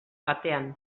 batean